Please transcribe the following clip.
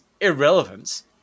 irrelevance